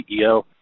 CEO